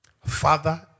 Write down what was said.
Father